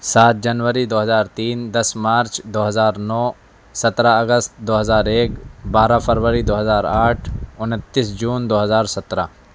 سات جنوری دو ہزار تین دس مارچ دو ہزار نو سترہ اگست دو ہزار ایک بارہ فروری دو ہزار آٹھ انتیس جون دو ہزار سترہ